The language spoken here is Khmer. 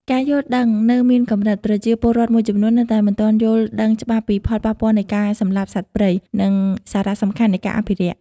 ការយល់ដឹងនៅមានកម្រិត ប្រជាពលរដ្ឋមួយចំនួននៅតែមិនទាន់យល់ដឹងច្បាស់ពីផលប៉ះពាល់នៃការសម្លាប់សត្វព្រៃ និងសារៈសំខាន់នៃការអភិរក្ស។